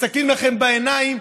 מסתכלים לכם בעיניים,